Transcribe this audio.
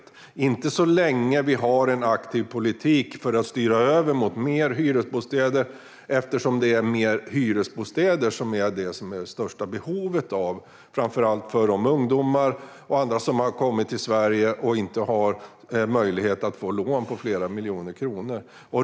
Det är jag inte så länge som vi har en aktiv politik för att styra över mot fler hyresbostäder, eftersom det är fler hyresbostäder som det är störst behov av, framför allt för ungdomar och för människor som har kommit till Sverige och som inte har möjlighet att få lån på flera miljoner kronor.